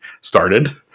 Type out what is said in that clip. started